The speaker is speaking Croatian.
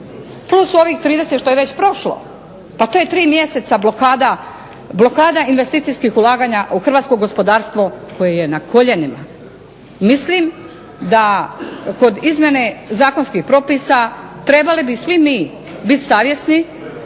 Plus ovih 30 što je već prošlo. Pa to je tri mjeseca blokada investicijskih ulaganja u hrvatsko gospodarstvo koje je na koljenima. Mislim da kod izmjene zakonskih propisa trebali bi svi mi biti savjesni,